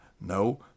No